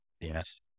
Yes